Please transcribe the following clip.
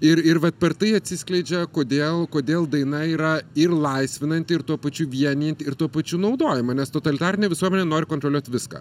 ir ir va per tai atsiskleidžia kodėl kodėl daina yra ir laisvinanti ir tuo pačiu vienijanti ir tuo pačiu naudojama nes totalitarinė visuomenė nori kontroliuot viską